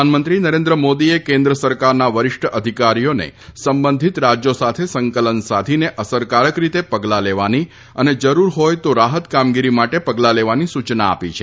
પ્રધાનમંત્રી નરેન્દ્ર મોદીએ કેન્દ્ર સરકારના વરિષ્ઠ અધિકારીઓને સંબંધિત રાજ્યો સાથે સંકલન સાધીને અસરકારક રીતે પગલાં લેવાની અને જરૂર હોય તો રાહત કામગીરી માટે પગલા લેવાની સૂચના આપી છે